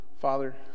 father